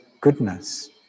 goodness